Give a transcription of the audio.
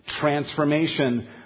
transformation